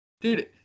Dude